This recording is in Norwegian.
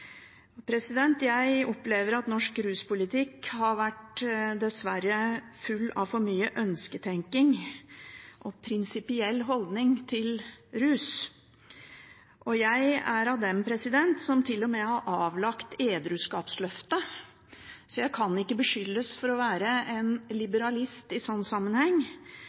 Jeg opplever at norsk ruspolitikk dessverre har vært full av for mye ønsketenking og prinsipielle holdninger til rus. Jeg er av dem som til og med har avlagt edruskapsløfte, så jeg kan ikke beskyldes for å være en liberalist i